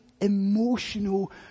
emotional